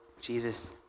Jesus